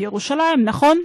בירושלים, נכון.